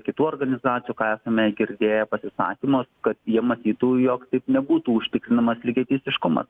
kitų organizacijų ką esame girdėję pasisakymus kad jie matytų jog taip nebūtų užtikrinamas lygiateisiškumas